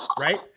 right